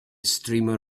streamer